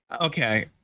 Okay